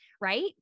Right